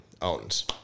owns